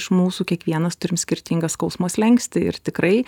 iš mūsų kiekvienas turim skirtingą skausmo slenkstį ir tikrai